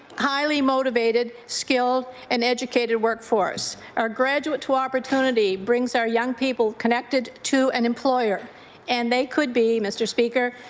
highly motivated, skilled and educated workforce. our graduate to opportunity brings our young people connected to an employer and they could be, mr. speaker,